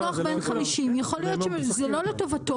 אם הלקוח בן 50, יכול להיות שזה לא לטובתו.